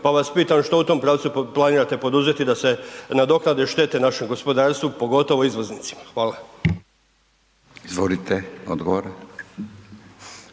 pa vas pitam što u tom pravcu planirate poduzeti da se nadoknade štete našem gospodarstvu, pogotovo izvoznicima. Hvala. **Radin, Furio